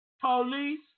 Police